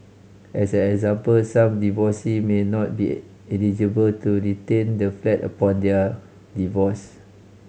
as an example some divorcee may not be eligible to retain the flat upon their divorce